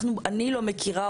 אני לא מכירה,